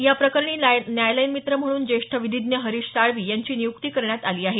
या प्रकरणी न्यायालयीन मित्र म्हणून ज्येष्ठ विधिज्ज्ञ हरिश साळवी यांची नियुक्ती करण्यात आली आहे